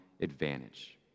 advantage